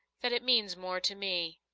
that it means more to me.